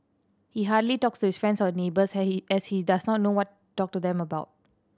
he hardly talks his friends or neighbours has he as he does not know what talk to them about